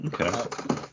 Okay